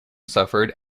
suffered